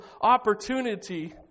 opportunity